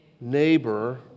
neighbor